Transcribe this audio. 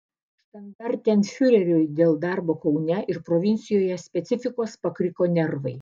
štandartenfiureriui dėl darbo kaune ir provincijoje specifikos pakriko nervai